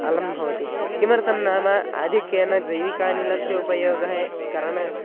अलं भवति किमर्थं नाम आधिक्येन जैविकानिलस्य उपयोगः यत् करणं